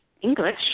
English